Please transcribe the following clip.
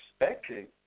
expecting